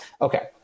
Okay